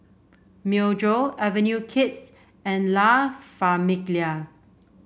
Myojo Avenue Kids and La Famiglia